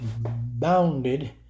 bounded